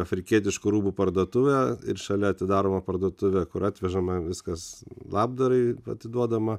afrikietiškų rūbų parduotuvę ir šalia atidaroma parduotuvė kur atvežama viskas labdarai atiduodama